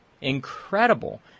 Incredible